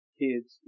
kids